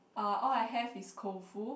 uh all I have is Koufu